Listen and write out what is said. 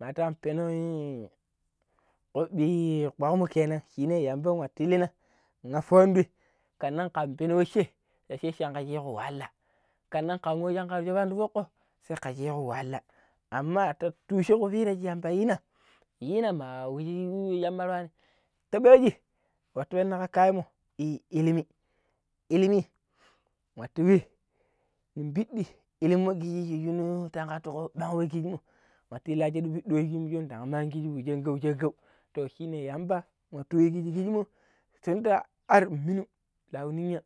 ma tan penon ii kubi kwagmo kenan shine yamba watu yilina appo andoi kanan ka peno washa sa sai shanga shego wahhalla kanan ka wa shangar shobani ti fudgo sai ka shego wahahlla amma ti tushen kupira shi yamba yi na yina ma washimar yuwani ta ɓajji watu penna ka kayanmo illimi illimi watu yu mun bidi illinmo kishi sha shunnu tagatu ko bang wai kiiji moi tin la shadu pidi wai shin shon dan man kishi wa shangau shangau se yamba wati wai shikki kishimoi tund arr min lau ninya.